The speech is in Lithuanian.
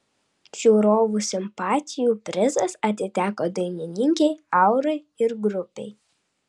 žiūrovų simpatijų prizas atiteko dainininkei aurai ir grupei